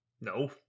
No